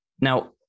now